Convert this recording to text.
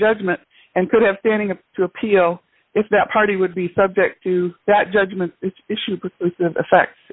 judgment and could have standing up to appeal if that party would be subject to that judgment